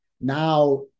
now